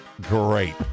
great